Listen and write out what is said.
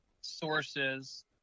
sources